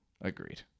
Agreed